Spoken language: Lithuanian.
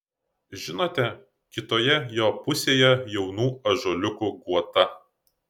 žinote kitoje jo pusėje jaunų ąžuoliukų guotą